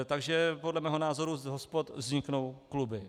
Takže podle mého názoru z hospod vzniknou kluby.